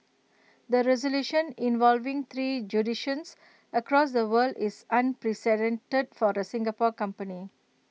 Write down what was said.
the resolution involving three jurisdictions across the world is unprecedented for the Singapore company